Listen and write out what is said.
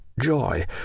joy